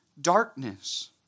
darkness